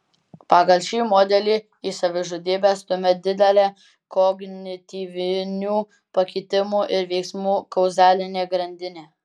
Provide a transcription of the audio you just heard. pagal šį modelį į savižudybę stumia didelė kognityvinių pakitimų ir veiksmų kauzalinė grandinė